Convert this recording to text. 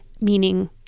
meaning